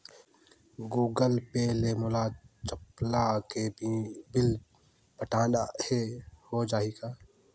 Google Pay ले मोल चपला के बिल पटाना हे, हो जाही का?